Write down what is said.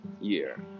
year